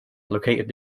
located